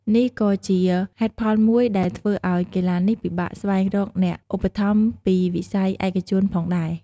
នេះក៏ជាហេតុផលមួយដែលធ្វើឲ្យកីឡានេះពិបាកស្វែងរកអ្នកឧបត្ថម្ភពីវិស័យឯកជនផងដែរ។